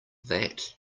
that